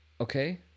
Okay